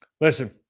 listen